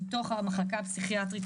בתוך המחלקה הפסיכיאטרית.